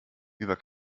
über